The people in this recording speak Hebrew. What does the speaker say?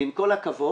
ועם כל הכבוד,